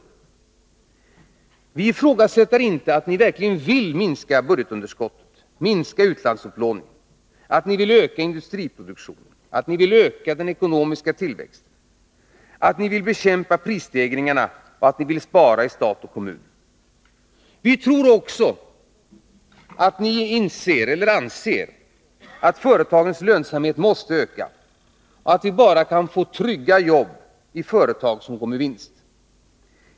Vi moderater ifrågasätter inte att ni vill minska budgetunderskottet och utlandsupplåningen, att ni vill öka industriproduktionen och den ekonomiska tillväxten, att ni vill bekämpa prisstegringarna och att ni vill spara i stat och kommun. Vi tror också att ni anser att företagens lönsamhet måste öka och att vi bara kan få trygga jobb i företag som går med vinst.